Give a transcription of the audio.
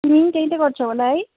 तिमी नि त्यही त गर्छौ होला है